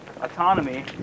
autonomy